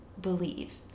believe